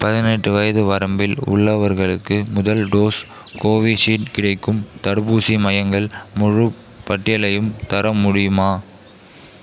பதினெட்டு வயது வரம்பில் உள்ளவர்களுக்கு முதல் டோஸ் கோவிஷீல்டு கிடைக்கும் தடுப்பூசி மையங்களின் முழுப் பட்டியலையும் தர முடியுமா